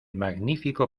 magnífico